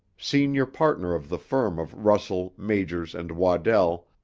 senior partner of the firm of russell, majors, and waddell,